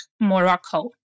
Morocco